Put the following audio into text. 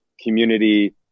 community